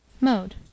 Mode